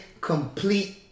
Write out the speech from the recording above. complete